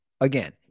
again